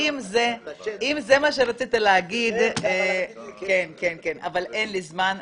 נכון, אם זה מה שרצית להגיד, אבל אין לי זמן.